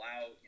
out